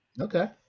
Okay